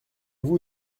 vous